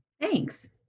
Thanks